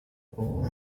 ubwo